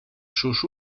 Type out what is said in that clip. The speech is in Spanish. sus